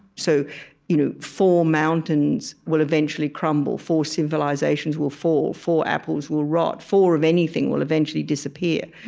so you know four mountains will eventually crumble. four civilizations will fall. four apples will rot. four of anything will eventually disappear.